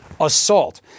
assault